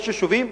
יש יישובים,